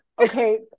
Okay